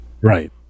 Right